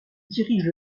dirige